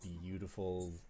beautiful